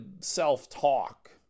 self-talk